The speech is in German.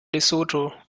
lesotho